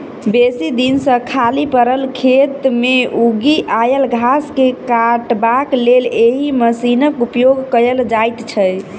बेसी दिन सॅ खाली पड़ल खेत मे उगि आयल घास के काटबाक लेल एहि मशीनक उपयोग कयल जाइत छै